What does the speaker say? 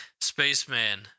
Spaceman